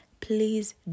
please